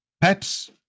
Pets